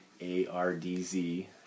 A-R-D-Z